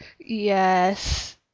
Yes